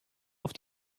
auf